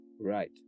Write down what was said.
right